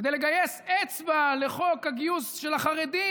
כדי לגייס אצבע לחוק הגיוס של החרדים,